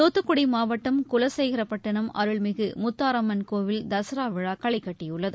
துத்துக்குடி மாவட்டம் குலசேகரப்பட்டினம் அருள்மிகு அமுத்தாரம்மன் கோவில் தசரா விழா களைகட்டியுள்ளது